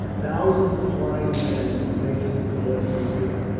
thousands of flying men were making towards the rear,